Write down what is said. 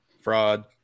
fraud